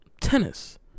Tennis